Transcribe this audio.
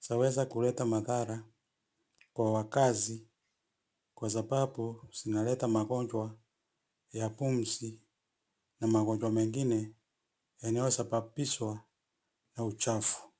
zaweza kuleta madhara kwa wakaazi kwa sababu zinaleta magonjwa ya pumzi na magonjwa mengine yanayosababishwa na uchafu.